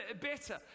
better